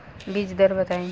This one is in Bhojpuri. बीज दर बताई?